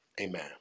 amen